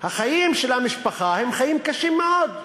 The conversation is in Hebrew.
החיים של המשפחה הם חיים קשים מאוד,